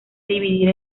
dividir